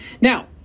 now